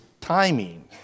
timing